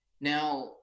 Now